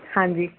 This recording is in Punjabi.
ਹਾਂਜੀ